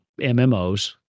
MMOs